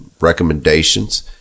recommendations